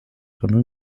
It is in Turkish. bakanı